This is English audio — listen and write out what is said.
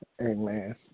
Amen